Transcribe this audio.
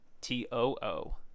T-O-O